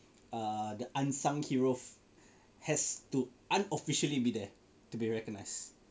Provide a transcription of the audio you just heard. err the unsung heroes has to unofficially be there to be recognized